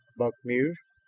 buck mused.